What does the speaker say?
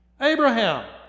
Abraham